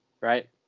right